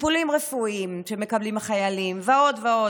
טיפולים רפואיים שמקבלים החיילים ועוד ועוד.